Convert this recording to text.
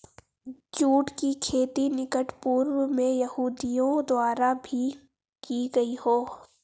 जुट की खेती निकट पूर्व में यहूदियों द्वारा भी की गई हो